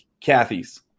Kathy's